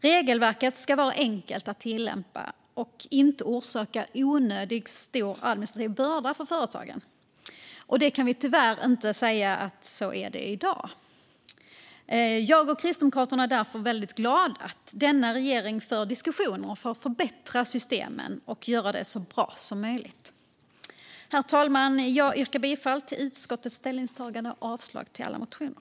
Regelverket ska vara enkelt att tillämpa och inte orsaka onödigt stor administrativ börda för företagen. Det kan man tyvärr inte alltid säga om reglerna i dag. Jag och Kristdemokraterna är därför väldigt glada att denna regering för diskussioner för att förbättra systemen och göra dem så bra som möjligt. Herr talman! Jag yrkar bifall till utskottets förslag och avslag på alla motioner.